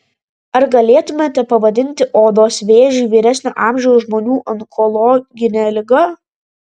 ar galėtumėte pavadinti odos vėžį vyresnio amžiaus žmonių onkologine liga